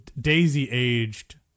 Daisy-aged